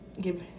give